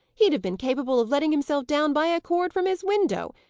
he'd have been capable of letting himself down by a cord from his window,